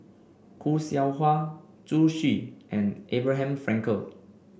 Khoo Seow Hwa Zhu Xu and Abraham Frankel